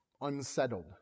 unsettled